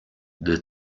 the